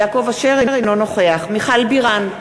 אינו נוכח מיכל בירן,